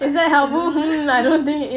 like hmm